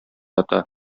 ата